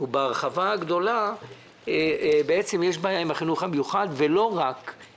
כאשר בהרחבה הגדולה יש בעיה עם החינוך המיוחד - לא רק עם החינוך המיוחד,